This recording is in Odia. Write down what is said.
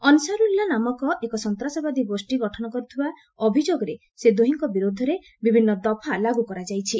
ଅନ୍ସାରୁଲ୍ଲା ନାମକ ଏକ ସନ୍ତାସବାଦୀ ଗୋଷୀ ଗଠନ କରୁଥିବା ଅଭିଯୋଗରେ ସେ ଦୁହିଁଙ୍କ ବିରୁଦ୍ଧରେ ବିଭିନ୍ନ ଦଫା ଲାଗୁ କରାଯାଇଛି